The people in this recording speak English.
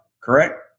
correct